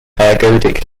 ergodic